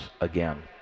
again